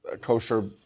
kosher